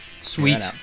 Sweet